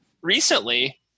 recently